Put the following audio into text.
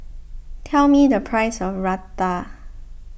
tell me the price of Raita